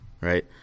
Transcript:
Right